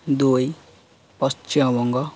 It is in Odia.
ଦୁଇ ପଶ୍ଚିମବଙ୍ଗ